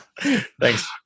Thanks